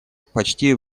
почти